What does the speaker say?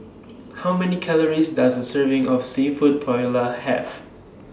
How Many Calories Does A Serving of Seafood Paella Have